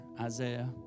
Isaiah